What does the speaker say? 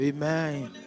Amen